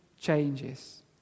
changes